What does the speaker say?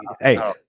Hey